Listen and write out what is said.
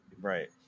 right